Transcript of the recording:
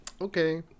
Okay